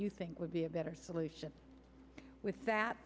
you think would be a better solution with that